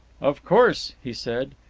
of course, he said,